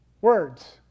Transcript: words